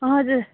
हजुर